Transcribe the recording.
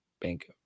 Bank